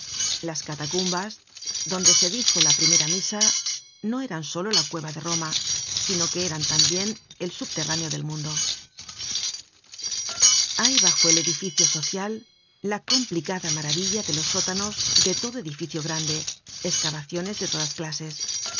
las catacumbas donde se dijo la primera misa no eran solo la cueva de roma sino que eran tambien el subterráneo del mundo hay bajo el edificio social la complicada maravilla de los sótanos de todo edificio grande escavaciones de todas clases